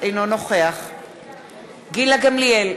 אינו נוכח גילה גמליאל,